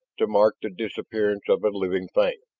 to mark the disappearance of a living thing.